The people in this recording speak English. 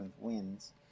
wins